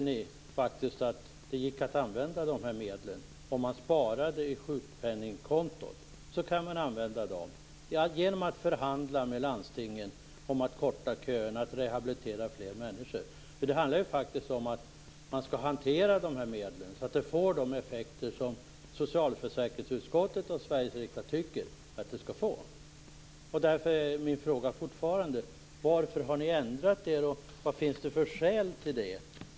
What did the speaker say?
Ni har faktiskt tyckt att det gick att använda de här medlen - genom att spara på sjukpenningkontot kan de användas. Det handlar då om att förhandla med landstingen om att korta köerna och att rehabilitera fler. Medlen skall hanteras på ett sådant sätt att de får de effekter som socialförsäkringsutskottet och Sveriges riksdag menar att de skall få. Fortfarande undrar jag: Varför har ni ändrat er? Vad finns det för skäl till det?